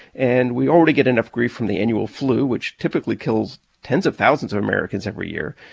and we already get enough grief from the annual flu, which typically kills tens of thousands of americans every year.